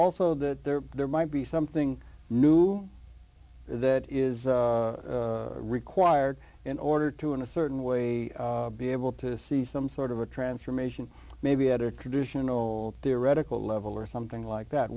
also that there there might be something new that is required in order to in a certain way be able to see some sort of a transformation maybe had a traditional theoretical level or something like that